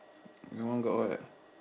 your one got what